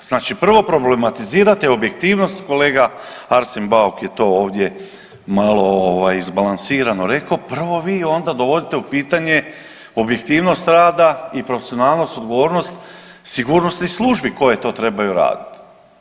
Pa znači prvo problematizirate objektivnost, kolega Arsen Bauk je to ovdje malo izbalansirano rekao, prvo vi onda dovodite u pitanje objektivnost rada i profesionalnost, odgovornost sigurnosnih službi koje to trebaju raditi.